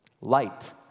Light